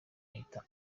ahita